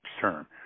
term